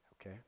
okay